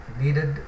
needed